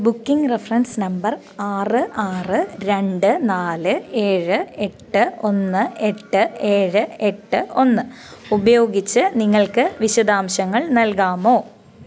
booking reference number ആറ് ആറ് രണ്ട് നാല് ഏഴ് എട്ട് ഒന്ന് എട്ട് ഏഴ് എട്ട് ഒന്ന് ഉപയോഗിച്ച് നിങ്ങൾക്ക് വിശദാംശങ്ങൾ നൽകാമോ